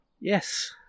Yes